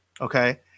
Okay